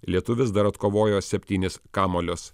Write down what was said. lietuvis dar atkovojo septynis kamuolius